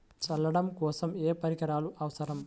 చల్లడం కోసం ఏ పరికరాలు అవసరం?